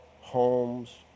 homes